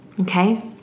Okay